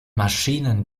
maschinen